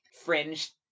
fringe